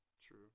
True